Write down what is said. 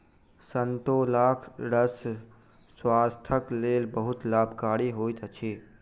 संतोलाक रस स्वास्थ्यक लेल बहुत लाभकारी होइत अछि